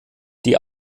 die